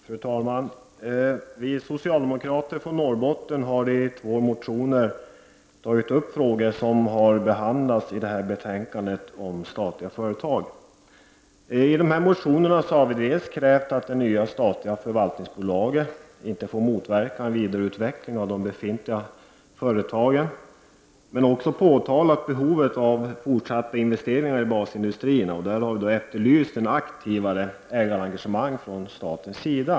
Fru talman! Vi socialdemokrater från Norrbotten har i detta betänkande två motioner om statliga företag. I motionerna har vi krävt att det nya statliga förvaltningsbolaget inte får motverka en vidareutveckling av de befintliga företagen, och vi har också framhållit behovet av fortsatta investeringar i basindustrierna. Här har vi efterlyst ett aktivare ägarengagemang från statens sida.